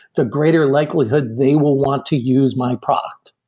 the greater likelihood they will want to use my product.